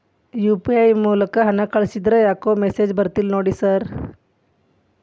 UPI ಮೂಲಕ ಹಣ ಕಳಿಸಿದ್ರ ಯಾಕೋ ಮೆಸೇಜ್ ಬರ್ತಿಲ್ಲ ನೋಡಿ ಸರ್?